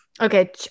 Okay